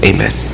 Amen